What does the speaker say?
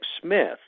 Smith